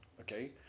okay